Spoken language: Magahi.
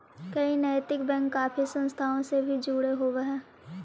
कई नैतिक बैंक काफी संस्थाओं से भी जुड़े होवअ हई